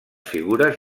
figures